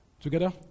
Together